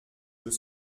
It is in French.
deux